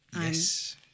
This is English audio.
Yes